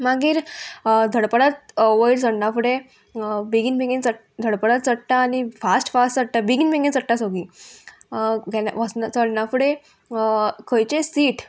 मागीर धडपडत वयर सरना फुडें बेगीन बेगीन चड धडपडत चडटा आनी फास्ट फास्ट चडटा बेगीन बेगीन चडटा सगळीं केन्ना वचना चडना फुडें खंयचें सीट